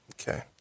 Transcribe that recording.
Okay